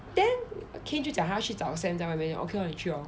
then kain 就要去找 sam 在外面 okay lor 你去 lor